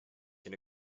can